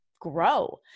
grow